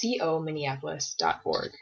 cominneapolis.org